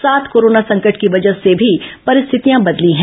साथ ही कोरोना संकट की वजह से भी परिस्थितियां बदली हैं